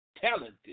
talented